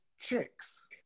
chicks